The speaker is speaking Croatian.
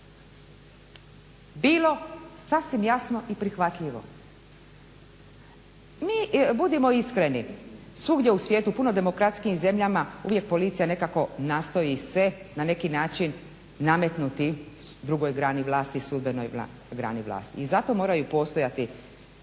bilo sasvim jasno i prihvatljivo. Budimo iskreni svugdje u svijetu u puno demokratskijim zemljama uvijek policija nekako nastoji se na neki način nametnuti drugoj grani vlasti, sudbenoj grani vlasti. I zato moraju postojati